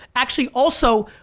actually also,